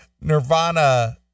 Nirvana